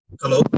Hello